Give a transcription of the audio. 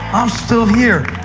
i'm still here.